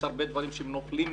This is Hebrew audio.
הרבה דברים נופלים מגובה.